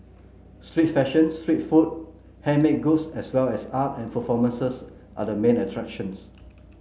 street fashion street food handmade goods as well as art and performances are the main attractions